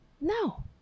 No